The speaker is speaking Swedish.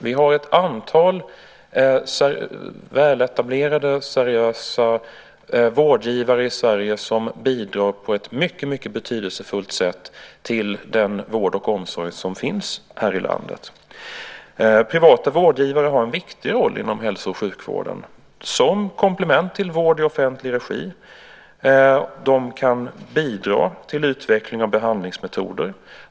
Vi har ett antal väletablerade, seriösa vårdgivare i Sverige som på ett mycket betydelsefullt sätt bidrar till den vård och omsorg som finns här i landet. Privata vårdgivare har en viktig roll inom hälso och sjukvården som komplement till vård i offentlig regi. De kan bidra till utveckling av behandlingsmetoder.